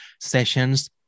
sessions